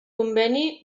conveni